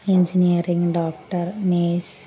engineering doctor nurse